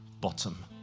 bottom